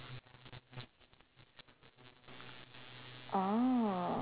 oh